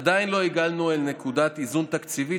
עדיין לא הגענו אל נקודת האיזון התקציבית